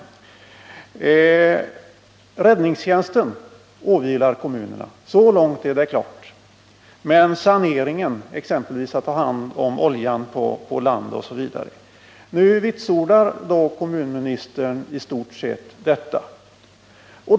Det är helt klart att räddningstjänsten åvilar kommunerna, men så är inte förhållandet beträffande saneringen, exempel vis omhändertagandet av oljan på land. Nu vitsordar också kommunministern i stort sett detta.